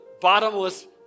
bottomless